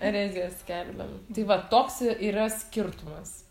erezija skelbiam tai va toks yra skirtumas